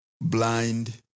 blind